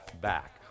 back